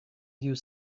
you